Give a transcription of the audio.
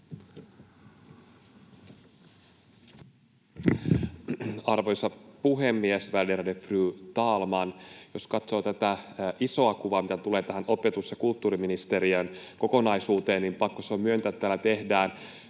Arvoisa puhemies, värderade fru talman! Jos katsoo tätä isoa kuvaa, mitä tulee tähän opetus- ja kulttuuriministeriön kokonaisuuteen, niin pakko se on myöntää, että täällä tehdään